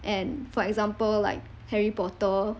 and for example like harry potter